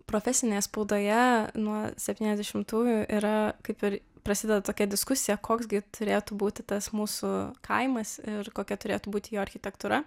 profesinėje spaudoje nuo septyniasdešimtųjų yra kaip ir prasideda tokia diskusija koks gi turėtų būti tas mūsų kaimas ir kokia turėtų būti jo architektūra